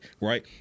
right